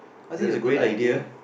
is that a good idea